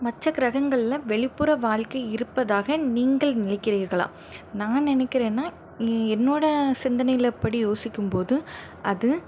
மற்ற கிரகங்கள்ல வெளிப்புற வாழ்க்கை இருப்பதாக நீங்கள் நினைக்கிறீர்களா நான் நினைக்கிறேன்னா என் என்னோடய சிந்தனையில்படி யோசிக்கும்போது அது